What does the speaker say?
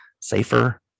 safer